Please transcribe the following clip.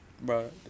bro